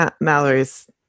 Mallory's